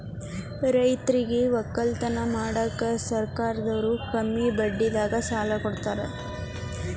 ರೈತರಿಗ್ ವಕ್ಕಲತನ್ ಮಾಡಕ್ಕ್ ಸರ್ಕಾರದವ್ರು ಕಮ್ಮಿ ಬಡ್ಡಿದಾಗ ಸಾಲಾ ಕೊಡ್ತಾರ್